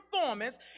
performance